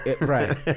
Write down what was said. right